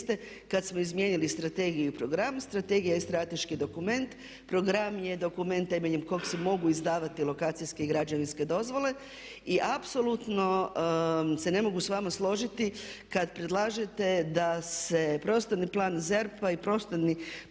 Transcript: kad smo izmijenili strategiju i program. Strategija je strateški dokument. Program je dokument temeljem kog se mogu izdavati lokacijske i građevinske dozvole i apsolutno se ne mogu sa vama složiti kad predlažete da se prostorni plan ZERP-a i prostorni